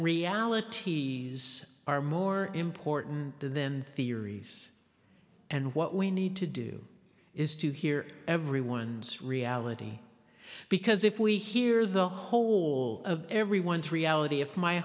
realities are more important than then theories and what we need to do is to hear everyone's reality because if we hear the whole of everyone's reality if my